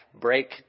break